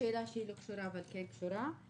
שאלה שלא קשורה אבל כן קשורה.